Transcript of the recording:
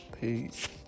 Peace